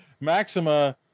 Maxima